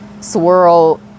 swirl